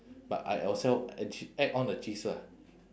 but I also add ch~ add on a cheese ah